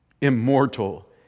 immortal